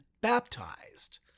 baptized